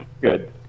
Good